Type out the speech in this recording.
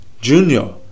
Junior